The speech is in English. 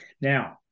Now